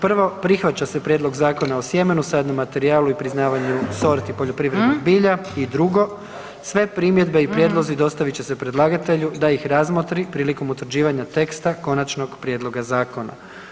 Prvo, prihvaća se Prijedlog Zakona o sjemenu, sadnom materijalu i priznavanju sorti poljoprivrednog bilja i drugo sve primjedbe i prijedlozi dostavit će se predlagatelju da ih razmotri prilikom utvrđivanja teksta konačnog prijedloga zakona.